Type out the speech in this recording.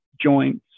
joints